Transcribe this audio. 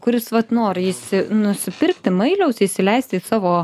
kuris vat nori jis nusipirkti mailiaus įsileist į savo